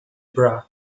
bras